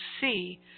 see